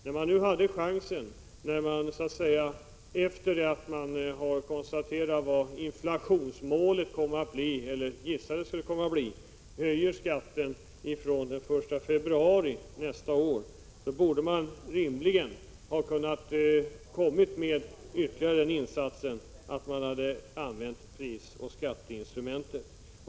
När man nu har gissat vad inflationsmålet kommer att bli och höjer skatten från den 1 februari nästa år, borde man rimligen ha kunnat göra den ytterligare insatsen att man hade använt prisoch skatteinstrumentet.